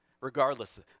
regardless